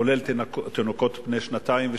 כולל תינוקות בני שנתיים ושלוש,